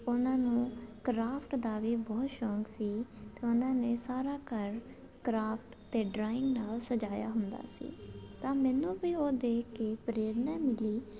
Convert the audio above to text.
ਉਹਨਾਂ ਨੂੰ ਕ੍ਰਾਫਟ ਦਾ ਵੀ ਬਹੁਤ ਸ਼ੌਂਕ ਸੀ ਅਤੇ ਉਹਨਾਂ ਨੇ ਸਾਰਾ ਘਰ ਕਰਾਫਟ ਅਤੇ ਡਰਾਇੰਗ ਨਾਲ ਸਜਾਇਆ ਹੁੰਦਾ ਸੀ ਤਾਂ ਮੈਨੂੰ ਵੀ ਉਹ ਦੇਖ ਕੇ ਪ੍ਰੇਰਨਾ ਮਿਲੀ